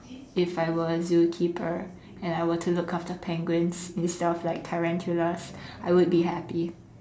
if I were a zookeeper and I were to look after penguins instead of like tarantulas I would be happy